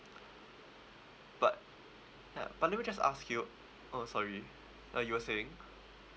but ya but let me just ask you oh sorry uh you were saying